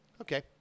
Okay